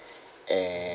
and